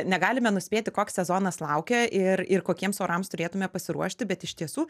negalime nuspėti koks sezonas laukia ir ir kokiems orams turėtume pasiruošti bet iš tiesų